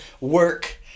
work